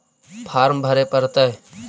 Farm भरे परतय?